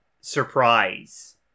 surprise